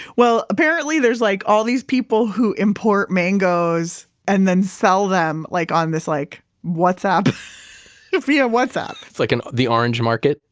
well, apparently there's like all these people who import mangoes and then sell them like um via like whatsapp via whatsapp it's like and the orange market?